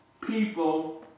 people